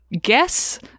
Guess